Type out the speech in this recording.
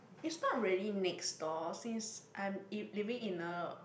it's not really next door since I'm e~ living in a